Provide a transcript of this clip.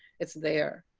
it's there.